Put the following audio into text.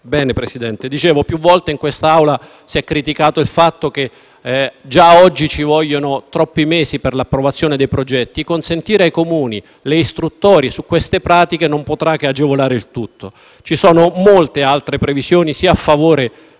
signor Presidente. Più volte in quest'Aula si è criticato il fatto che già oggi ci vogliono troppi mesi per l'approvazione dei progetti. Consentire ai Comuni di gestire le istruttorie su queste pratiche non potrà che agevolare il tutto. Ci sono molte altre previsioni, sia a favore